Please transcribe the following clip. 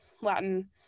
Latin